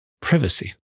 Privacy